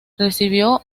recibió